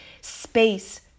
space